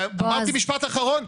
משפט אחרון,